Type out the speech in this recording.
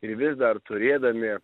ir vis dar turėdami